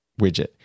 widget